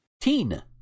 Teen